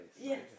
yes